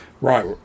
Right